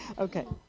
okay.